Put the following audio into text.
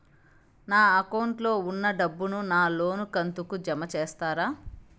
నా అకౌంట్ లో ఉన్న డబ్బును నా లోను కంతు కు జామ చేస్తారా?